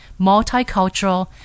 multicultural